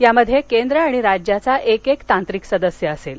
यामध्ये केंद्र आणि राज्याचा एक एक तांत्रिक सदस्य असेल